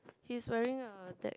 he's wearing a deck